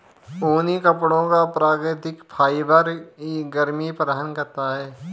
ऊनी कपड़ों का प्राकृतिक फाइबर ही गर्मी प्रदान करता है